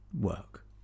work